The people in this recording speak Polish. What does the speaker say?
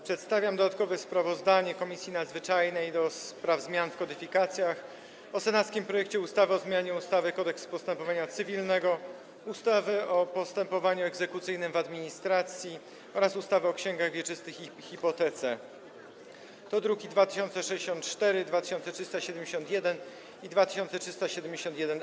Przedstawiam dodatkowe sprawozdanie Komisji Nadzwyczajnej do spraw zmian w kodyfikacjach o senackim projekcie ustawy o zmianie ustawy Kodeks postępowania cywilnego, ustawy o postępowaniu egzekucyjnym w administracji oraz ustawy o księgach wieczystych i hipotece, druki nr 2064, 2371 i 2371-A.